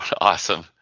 Awesome